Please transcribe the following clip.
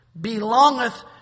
belongeth